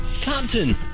Captain